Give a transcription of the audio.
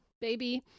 baby